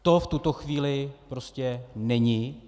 To v tuto chvíli prostě není.